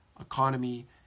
economy